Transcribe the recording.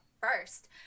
first